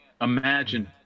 imagine